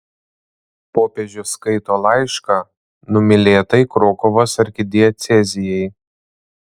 popiežius skaito laišką numylėtai krokuvos arkidiecezijai